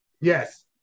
Yes